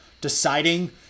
deciding